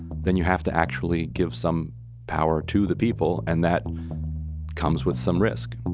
then you have to actually give some power to the people. and that comes with some risk